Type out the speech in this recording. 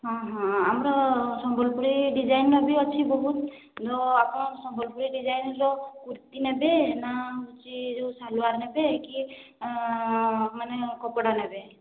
ହଁ ହଁ ଆମର ସମ୍ବଲପୁରୀ ଡିଜାଇନର ବି ଅଛି ବହୁତ ତ ଆପଣ ସମ୍ବଲପୁରୀ ଡିଜାଇନର କୁର୍ତ୍ତୀ ନେବେ ନା ହଉଛି ଯୋଉ ସାଲୱାର ନେବେ ନା କି ମାନେ କପଡ଼ା ନେବେ